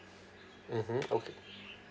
mmhmm okay